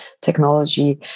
technology